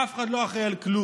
אף אחד לא אחראי על כלום.